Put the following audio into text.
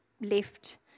left